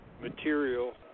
material